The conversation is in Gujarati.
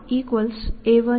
ak